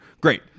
Great